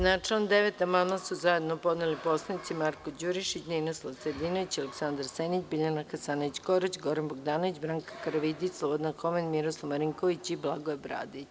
Na član 9. amandman su zajedno podneli poslanici Marko Đurišić, Ninoslav Stojadinović, Aleksandar Senić, Biljana Hasanović Korać, Goran Bogdanović, Branka Karavidić, Slobodan Homen, Miroslav Marinkovi i Blagoje Bradić.